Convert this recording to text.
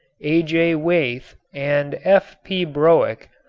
a j. weith and f p. broek,